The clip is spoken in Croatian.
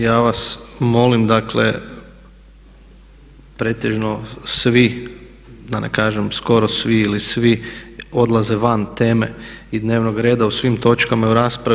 Ja vas molim, dakle pretežno svi, da ne kažem skoro svi ili svi odlaze van teme i dnevnog reda u svim točkama i u raspravi.